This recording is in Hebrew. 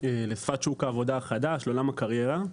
לשפת שוק העבודה החדש, לעולם הקריירה,